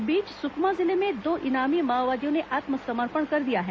इस बीच सुकमा जिले में दो इनामी माओवादियों ने आत्मसमर्पण कर दिया है